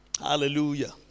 Hallelujah